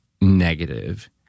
negative